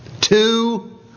two